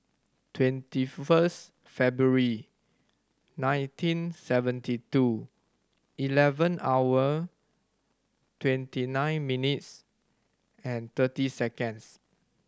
twenty first February nineteen seventy two eleven hour twenty nine minutes and thirty seconds